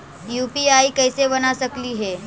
UPI कैसे बना सकली हे?